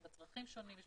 צרכים שונים,